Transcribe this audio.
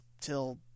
till